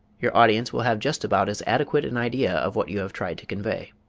your audience will have just about as adequate an idea of what you have tried to convey.